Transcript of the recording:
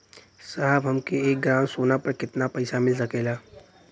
साहब हमके एक ग्रामसोना पर कितना पइसा मिल सकेला?